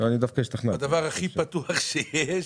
זה הדבר הכי פתוח שיש,